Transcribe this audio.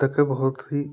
पुस्तक है बहुत ही